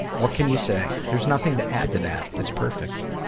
what can you say? there's nothing to add to that it's perfect.